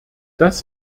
das